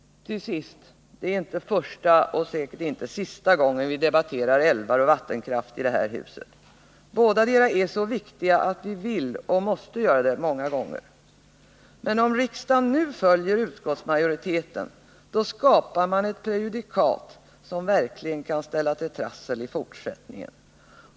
Till sist: det är inte första och säkert inte sista gången vi debatterar älvar och vattenkraft i det här huset. Bådadera är så viktiga att vi vill och måste göra det många gånger. Men om riksdagen nu följer utskottsmajoriteten skapar vi ett prejudikat som verkligen kan ställa till trassel i fortsättningen.